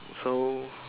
so